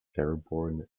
airborne